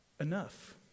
enough